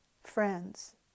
friends